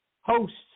hosts